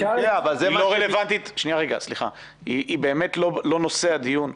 אבל היא לא נושא הדיון.